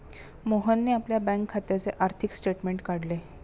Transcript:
मोहनने आपल्या बँक खात्याचे आर्थिक स्टेटमेंट काढले